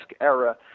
era